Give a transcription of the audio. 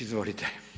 Izvolite.